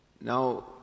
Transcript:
Now